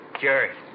Jerry